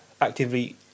actively